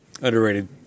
underrated